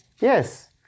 Yes